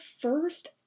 first